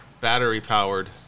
battery-powered